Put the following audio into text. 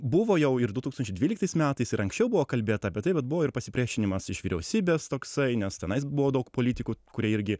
buvo jau ir du tūkstančiai dvyliktais metais ir anksčiau buvo kalbėta apie tai vat buvo ir pasipriešinimas iš vyriausybės toksai nes tenais buvo daug politikų kurie irgi